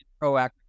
proactive